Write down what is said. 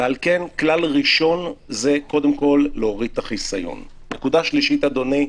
על כן, כלל ראשון זה להוריד את החיסיון קודם כל.